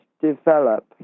develop